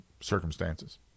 circumstances